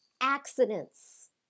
Accidents